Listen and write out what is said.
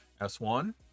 S1